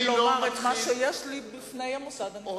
לומר את מה שיש לי בפני המוסד המכובד הזה.